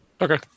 Okay